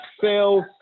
sales